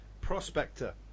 Prospector